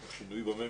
או שינוי בממשלה.